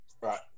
Right